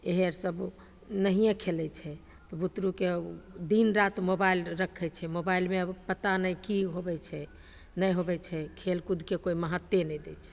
इहएसब नहिए खेलै छै तऽ बुतरूके दिनराति मोबाइल रखै छै मोबाइलमे आब पता नहि कि होबै छै नहि होबै छै खेलकूदके कोइ महत्ते नहि दै छै